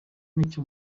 icyo